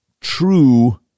true